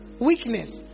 weakness